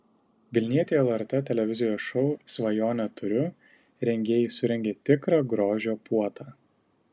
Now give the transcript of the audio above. vilnietei lrt televizijos šou svajonę turiu rengėjai surengė tikrą grožio puotą